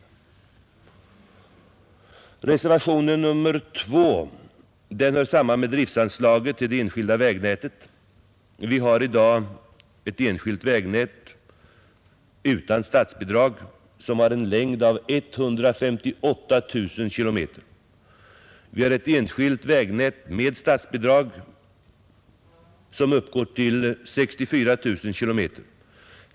Reservationen 2 hör samman med driftanslaget till det enskilda vägnätet. Vi har i dag ett enskilt vägnät utan statsbidrag som har en längd av 158 000 km. Vi har ett enskilt vägnät med statsbidrag som uppgår till 64 000 km.